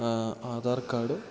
Aadhaar card